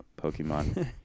Pokemon